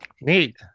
neat